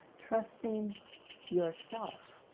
trusting yourself